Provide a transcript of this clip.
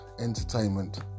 Entertainment